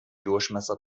durchmesser